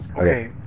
Okay